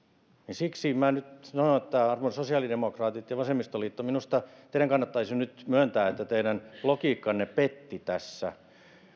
siksi minä nyt sanon arvon sosiaalidemokraatit ja vasemmistoliitto että minusta teidän kannattaisi nyt myöntää että teidän logiikkanne petti tässä